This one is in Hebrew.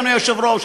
אדוני היושב-ראש,